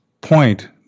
point